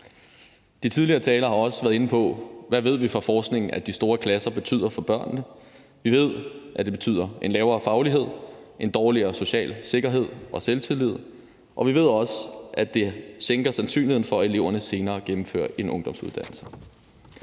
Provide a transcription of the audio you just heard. De tidligere talere har også været inde på spørgsmålet om, hvad vi ved fra forskningen at de store klasser betyder for børnene. Vi ved, at det betyder en lavere faglighed og en dårligere social sikkerhed og selvtillid. Og vi ved også, at det sænker sandsynligheden for, at eleverne senere gennemfører en ungdomsuddannelse.